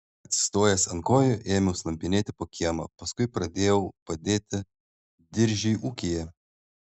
atsistojęs ant kojų ėmiau slampinėti po kiemą paskui pradėjau padėti diržiui ūkyje